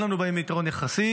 אין לנו בהם יתרון יחסי,